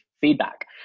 feedback